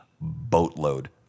boatload